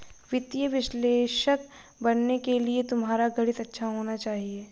वित्तीय विश्लेषक बनने के लिए तुम्हारा गणित अच्छा होना चाहिए